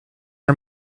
are